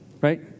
right